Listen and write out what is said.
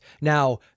now